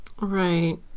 Right